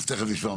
של